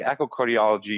echocardiology